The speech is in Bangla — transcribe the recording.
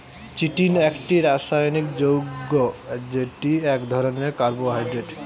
চিটিন একটি রাসায়নিক যৌগ্য যেটি এক ধরণের কার্বোহাইড্রেট